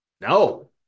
No